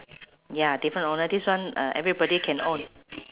ya different owner this one uh everybody can own